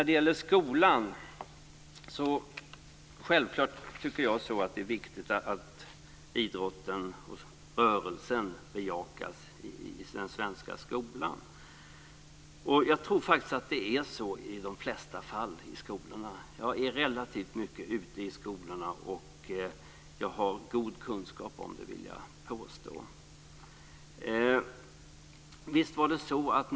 Det är viktigt att idrotten och rörelsen bejakas i den svenska skolan, och jag tror faktiskt att den gör det i de flesta fall. Jag är relativt mycket ute i skolor och jag har relativt god kunskap om detta, vill jag påstå.